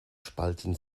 spalten